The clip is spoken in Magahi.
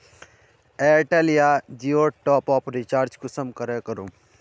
एयरटेल या जियोर टॉप आप रिचार्ज कुंसम करे करूम?